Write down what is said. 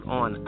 on